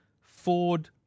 Ford